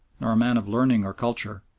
nor a man of learning or culture,